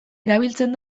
erabiltzen